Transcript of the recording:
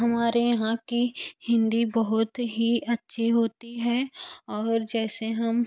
हमारे यहाँ की हिंदी बहुत ही अच्छी होती है और जैसे हम